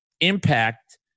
impact